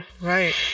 Right